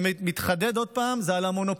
אני מחדד עוד פעם: זה על המונופולים,